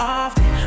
often